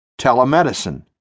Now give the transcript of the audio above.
telemedicine